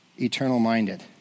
eternal-minded